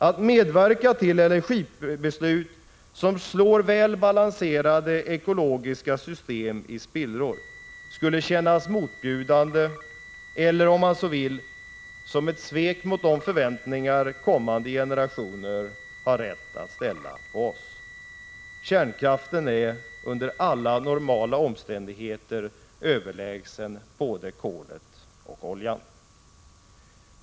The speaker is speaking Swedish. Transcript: Att medverka till energibeslut som slår väl balanserade ekologiska system i spillror skulle kännas motbjudande eller — om man så vill — som ett svek mot de förväntningar kommande generationer har rätt att ställa på oss. Kärnkraften är under alla normala omständigheter överlägsen både kolet och oljan.